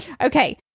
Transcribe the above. Okay